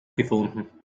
gefunden